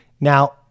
Now